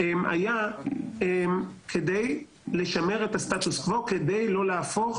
היה כדי לשמר את הסטטוס קוו ולא להפוך